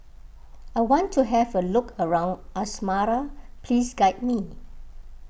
I want to have a look around Asmara please guide me